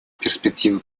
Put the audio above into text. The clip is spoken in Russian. перспективы